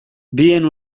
bien